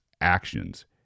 actions